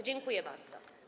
Dziękuję bardzo.